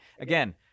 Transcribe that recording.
Again